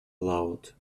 aloud